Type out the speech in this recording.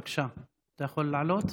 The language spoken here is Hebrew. בבקשה, אתה יכול לעלות.